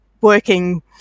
working